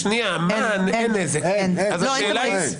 אין תמריץ.